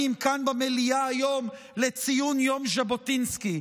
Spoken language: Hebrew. כאן במליאה היום לציון יום ז'בוטינסקי?